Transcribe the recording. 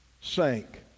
sank